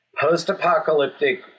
post-apocalyptic